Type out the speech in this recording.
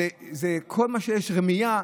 כל מה שיש, רמייה.